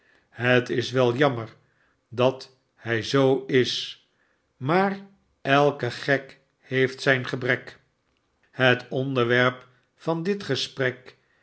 het is wel jammer dat hij zoo is maar elke gek heeft zijn gebrek het onderwerp van dit gesprek